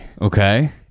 Okay